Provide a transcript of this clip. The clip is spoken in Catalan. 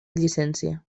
llicència